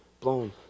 blown